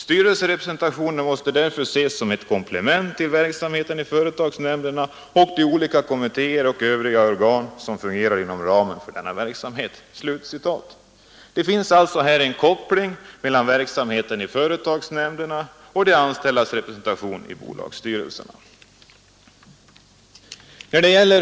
Styrelserepresentation måste därför ses som ett komplement till verksamheten i företagsnämnderna och de olika kommittéer och organ som fungerar inom ramen för denna verksamhet.” Det finns alltså här en koppling mellan verksamheten i företagsnämnderna och de anställdas representation i bolagsstyrelserna.